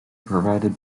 provided